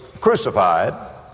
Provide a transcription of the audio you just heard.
crucified